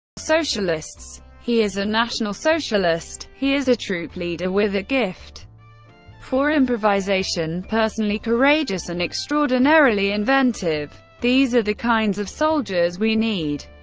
socialists. he is a national socialist he is a troop leader with a gift for improvisation, personally courageous and extraordinarily inventive. these are the kinds of soldiers we need.